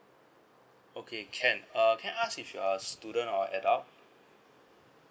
okay can uh can I ask if you're student or adult